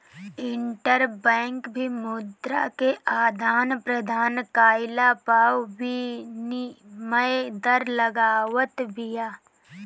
interbank भी मुद्रा के आदान प्रदान कईला पअ विनिमय दर लगावत बिया